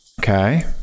Okay